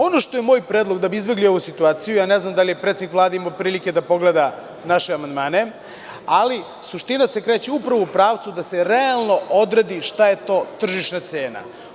Ono što je moj predlog, da bi izbegli ovu situaciju, ja ne znam da li je predsednik Vlade imao prilike da pogleda naše amandmane, ali suština se kreće u pravcu da se realno odredi šta je to tržišna cena.